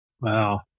Wow